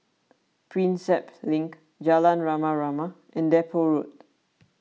Prinsep Link Jalan Rama Rama and Depot Road